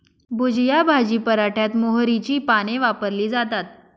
भुजिया भाजी पराठ्यात मोहरीची पाने वापरली जातात